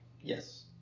yes